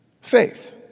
faith